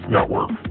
Network